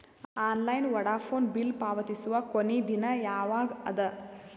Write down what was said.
Online Vodafone bill ಪಾವತಿಸುವ ಕೊನಿ ದಿನ ಯವಾಗ ಅದ?